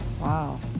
Wow